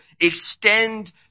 extend